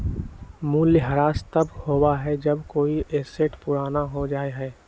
मूल्यह्रास तब होबा हई जब कोई एसेट पुराना हो जा हई